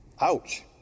Ouch